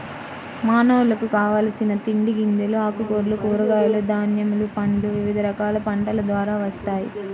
మానవులకు కావలసిన తిండి గింజలు, ఆకుకూరలు, కూరగాయలు, ధాన్యములు, పండ్లు వివిధ రకాల పంటల ద్వారా వస్తాయి